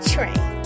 Train